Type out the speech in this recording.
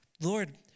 Lord